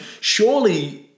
surely